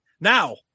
Now